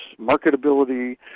marketability